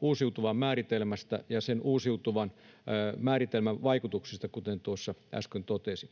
uusiutuvan määritelmästä ja sen uusiutuvan määritelmän vaikutuksista, kuten äsken totesin.